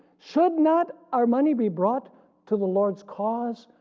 should not our money be brought to the lord's cause?